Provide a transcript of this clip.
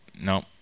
No